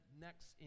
next